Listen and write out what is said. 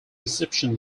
reception